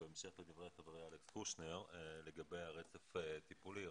בהמשך לדברי חברי אלכס קושניר לגבי הרצף הטיפולי,